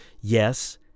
Yes